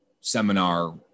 seminar